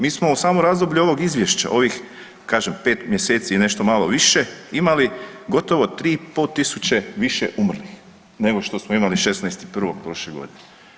Mi smo u samom razdoblju ovog izvješća ovim kažem 5 mjeseci i nešto malo više imali gotovo 3 i po tisuće više umrlih nego što smo imali 16.1. prošle godine.